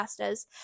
pastas